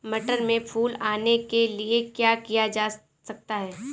मटर में फूल आने के लिए क्या किया जा सकता है?